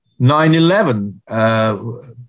9-11